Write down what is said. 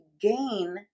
gain